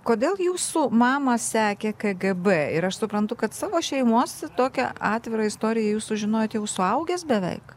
kodėl jūsų mamą sekė kgb ir aš suprantu kad savo šeimos tokią atvirą istoriją jūs sužinojot jau suaugęs beveik